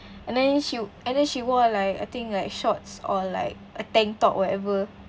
and then she and then she wore like I think like shorts or like a tank top whatever